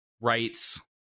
rights